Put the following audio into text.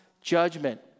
judgment